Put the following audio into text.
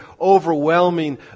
overwhelming